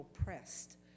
oppressed